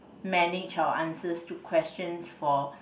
manage our answers to questions for